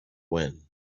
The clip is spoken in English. when